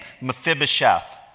Mephibosheth